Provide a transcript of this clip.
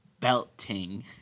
belting